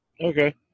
Okay